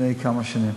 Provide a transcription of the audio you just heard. לפני כמה שנים,